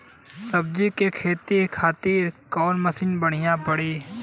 सब्जी के खेती करे खातिर मशीन कहवा मिली?